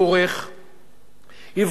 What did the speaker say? יבחנו, בהכנת כל אייטם,